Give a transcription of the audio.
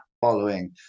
following